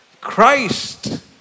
Christ